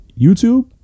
youtube